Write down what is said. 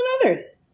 others